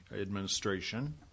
administration